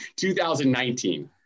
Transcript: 2019